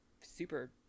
super